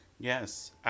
Yes